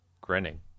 grinning